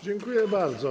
Dziękuję bardzo.